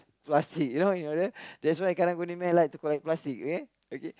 plastic you know that's why karang-guni man like to collect plastic okay okay